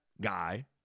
guy